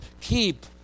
Keep